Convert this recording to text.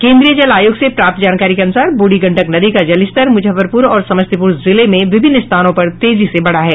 केन्द्रीय जल आयोग से प्राप्त जानकारी के अनुसार बूढ़ी गंडक नदी का जलस्तर मुजफ्फरपुर और समस्तीपुर जिले में विभिन्न स्थानों पर तेजी से बढ़ा है